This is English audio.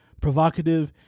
provocative